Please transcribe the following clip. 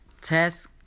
test